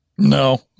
No